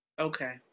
Okay